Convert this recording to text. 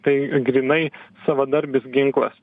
tai grynai savadarbis ginklas